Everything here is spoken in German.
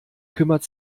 kümmert